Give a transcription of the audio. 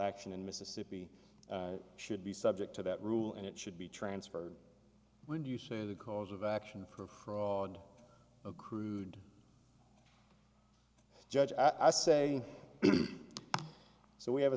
action in mississippi should be subject to that rule and it should be transferred when you say the cause of action for fraud of crude judge i say so we have a